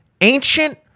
ancient